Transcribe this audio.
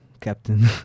captain